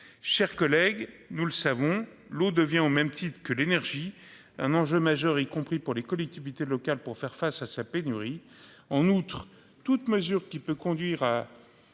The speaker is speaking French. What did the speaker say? Chers collègues, nous le savons, l'eau devient au même titre que l'énergie. Un enjeu majeur, y compris pour les collectivités locales pour faire face à sa pénurie. En outre, toute mesure qui peut conduire à.